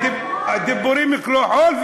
דיבורים כמו חול,